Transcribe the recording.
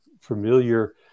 familiar